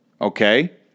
okay